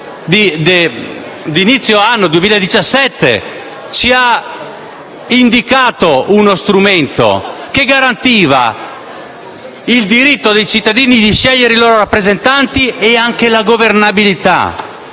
a inizio 2017, ci ha indicato uno strumento che garantiva il diritto dei cittadini di scegliere i loro rappresentanti e anche la governabilità,